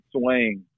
swing